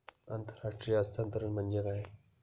आंतरराष्ट्रीय हस्तांतरण म्हणजे काय?